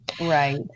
Right